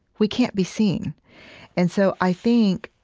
we can't be seen and so i think,